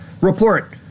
report